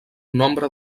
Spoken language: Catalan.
nombre